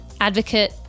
advocate